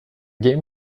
game